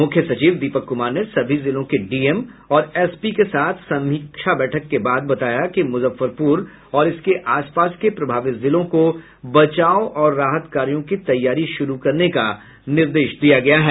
मुख्य सचिव दीपक कुमार ने सभी जिलों के डीएम और एसपी के साथ समीक्षा बैठक के बाद बताया कि मुजफ्फरपुर और इसके आस पास के प्रभावित जिलों को बचाव और राहत कार्यों की तैयारी शुरू करने का निर्देश दिया गया है